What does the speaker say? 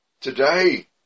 Today